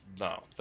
no